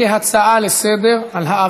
כהצעה לסדר-היום,